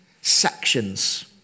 sections